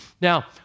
Now